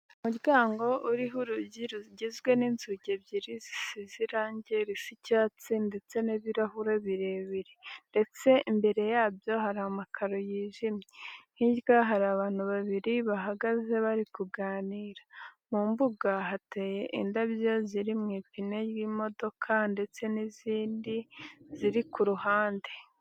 Umuryango uriho urugi rugizwe n'inzugi ebyiri zisize irange risa icyatsi ndetse n'ibirahure birebire ndetse imbere yabyo hari amakaro yijimye. Hirya hari abantu babiri, bahagaze bari kuganira. Mu mbuga hayeretse indabyo ziri mu ipine y'imodoka ndetse n'izindi ziri ku ruhande.